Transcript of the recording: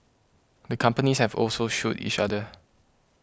the companies have also sued each other